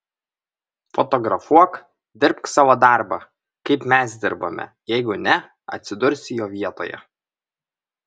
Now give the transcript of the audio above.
fotografuok dirbk savo darbą kaip mes dirbame jeigu ne atsidursi jo vietoje